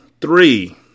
Three